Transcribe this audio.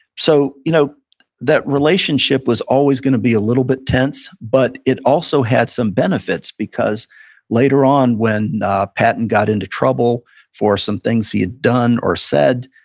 so you know that relationship was always going to be a little bit tense, but it also had some benefits. because later on when patton got into trouble for some things he had done or said,